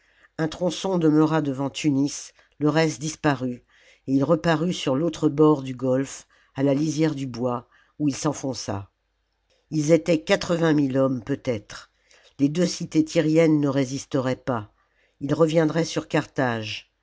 un tronçon demeura devant tunis le reste disparut et il reparut sur l'autre bord du golfe à la lisière du bois oii il s'enfonça ils étaient quatre-vingt mille hommes peut être les deux cités tyriennes ne résisteraient pas ils reviendraient sur carthage